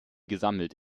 gesammelt